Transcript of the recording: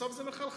בסוף זה מחלחל.